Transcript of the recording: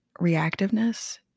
reactiveness